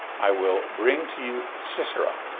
i will bring to you sisera,